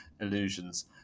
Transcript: illusions